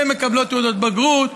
הן מקבלות תעודות בגרות,